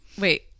Wait